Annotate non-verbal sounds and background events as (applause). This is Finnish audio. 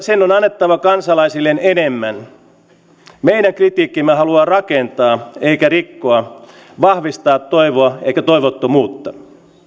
(unintelligible) sen on annettava kansalaisilleen enemmän meidän kritiikkimme haluaa rakentaa eikä rikkoa vahvistaa toivoa eikä toivottomuutta